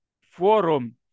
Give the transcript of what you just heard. forum